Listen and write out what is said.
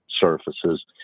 surfaces